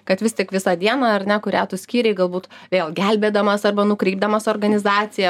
kad vis tik visą dieną ar ne kurią tu skyrei galbūt vėl gelbėdamas arba nukreipdamas organizaciją